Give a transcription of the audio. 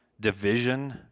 division